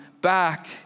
back